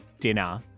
dinner